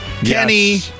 Kenny